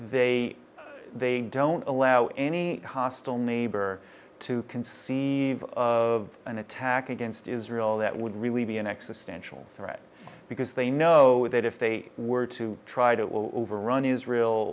they they don't allow any hostile neighbor to conceive of an attack against israel that would really be an existential threat because they know that if they were to try to overrun israel